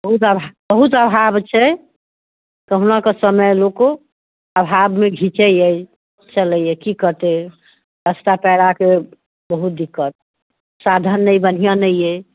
बहुत अभाव बहुत अभाव छै कहुना कऽ समय लोको अभावमे घीचैत यै चलैया की करतै रस्ता पैराके बहुत दिक्कत साधन नहि बढ़िआँ नहि अइ